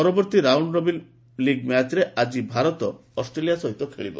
ପରବର୍ତ୍ତୀ round robin league ମ୍ୟାଚ୍ରେ ଆଜି ଭାରତ ଅଷ୍ଟ୍ରେଲିଆ ସହିତ ଖେଳିବ